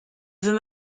veut